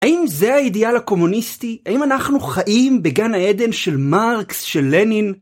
האם זה האידאל הקומוניסטי? האם אנחנו חיים בגן העדן של מרקס, של לנין?